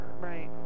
Right